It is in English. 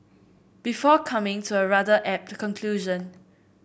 before coming to a rather apt conclusion